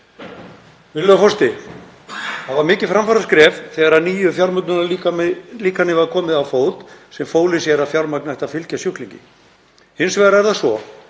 Virðulegur forseti. Það var mikið framfaraskref þegar nýju fjármögnunarlíkani var komið á fót sem fól í sér að fjármagnið ætti að fylgja sjúklingi. Hins vegar er það svo